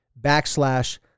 backslash